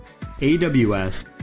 AWS